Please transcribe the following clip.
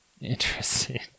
interesting